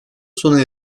sona